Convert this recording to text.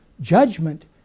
judgment